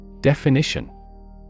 Definition